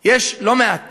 יש לא מעט